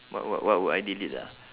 what what what would I delete ah